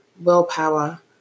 willpower